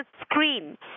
screen